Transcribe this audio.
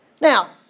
Now